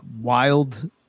wild